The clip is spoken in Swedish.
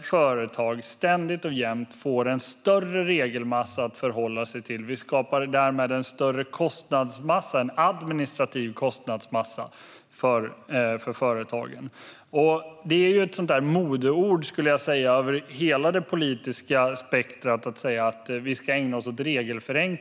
företag ständigt och jämt får en större regelmassa att förhålla sig till. Vi skapar därmed en större kostnadsmassa - en administrativ kostnadsmassa - för företagen. Regelförenkling - och att säga att vi ska ägna oss åt detta - är ett modeord över hela det politiska spektrumet, skulle jag säga.